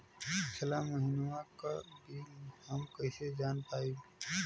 पिछला महिनवा क बिल हम कईसे जान पाइब?